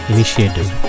Initiative